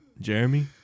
Jeremy